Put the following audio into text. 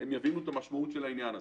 הם יבינו את המשמעות של העניין הזה.